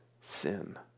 sin